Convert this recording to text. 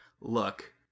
look